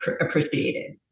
appreciated